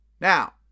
Now